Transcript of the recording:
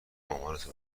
مامانتو